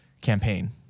campaign